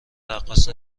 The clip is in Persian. رقاصم